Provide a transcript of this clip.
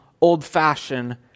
old-fashioned